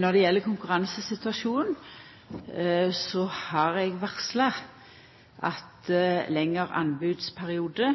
Når det gjeld konkurransesituasjonen, har eg varsla at ein lengre anbodsperiode